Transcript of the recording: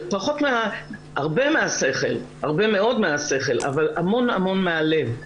הרבה מהשכל, הרבה מאוד מהשכל, אבל המון מהלב.